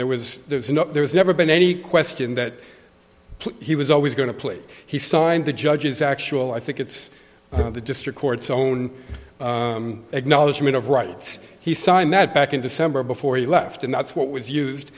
there was there's not there's never been any question that he was always going to play he signed the judge's actual i think it's the district court's own acknowledgment of rights he signed that back in december before he left and that's what was used